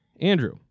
Andrew